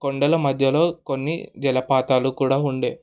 కొండల మధ్యలో కొన్ని జలపాతాలు కూడా ఉండే